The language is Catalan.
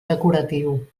decoratiu